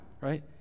right